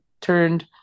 turned